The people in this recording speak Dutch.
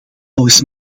volgens